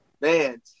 man